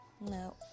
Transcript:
No